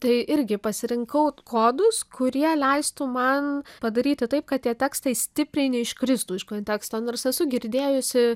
tai irgi pasirinkau kodus kurie leistų man padaryti taip kad tie tekstai stipriai neiškristų iš konteksto nors esu girdėjusi